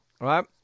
Right